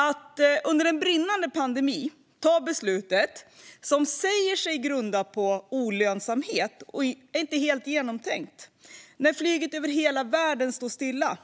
Att under en brinnande pandemi ta beslut som sägs grunda sig på lönsamhet är inte helt genomtänkt när flyget över hela världen står stilla.